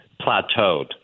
plateaued